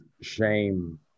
shame